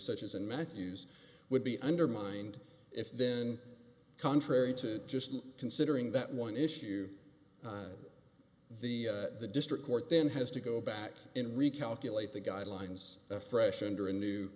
such as in matthews would be undermined if then contrary to just considering that one issue the the district court then has to go back in recalculate the guidelines afresh under a new